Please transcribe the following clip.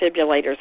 defibrillators